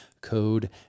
code